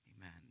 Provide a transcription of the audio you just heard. amen